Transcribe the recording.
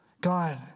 God